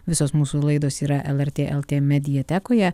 visos mūsų laidos yra lrt lt mediatekoje